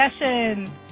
Session